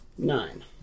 Nine